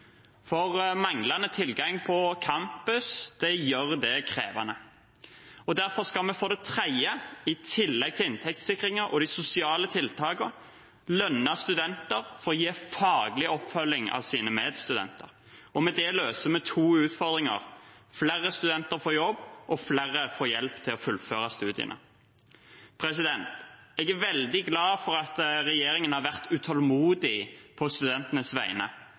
for manglende tilgang på campus gjør det krevende. Derfor skal vi for det tredje, i tillegg til inntektssikringen og de sosiale tiltakene, lønne studenter for å gi sine medstudenter faglig oppfølging. Med det løser vi to utfordringer: Flere studenter får jobb, og flere får hjelp til å fullføre studiene. Jeg er veldig glad for at regjeringen har vært utålmodig på studentenes vegne,